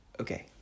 Okay